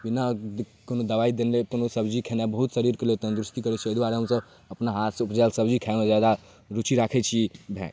बिना कोनो दवाइ देने कोनो सब्जी खेनाइ बहुत शरीरके लेल तन्दुरुस्ती करै छै ओहि दुआरे हमसभ अपना हाथसँ उपजाएल सब्जी खाइमे जादा रुचि राखै छी भऽ गेल